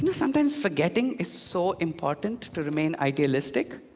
and sometimes forgetting is so important to remain idealistic.